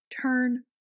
turn